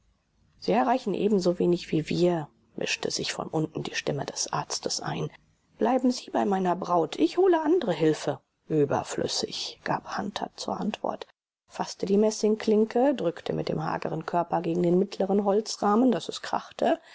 sie erreichen ebensowenig wie wir mischte sich von unten die stimme des arztes ein bleiben sie bei meiner braut ich hole andere hilfe überflüssig gab hunter zur antwort faßte die messingklinke drückte mit dem hageren körper gegen den mittleren holzrahmen daß es krachte